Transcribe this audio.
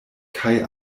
kaj